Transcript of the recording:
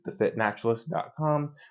thefitnaturalist.com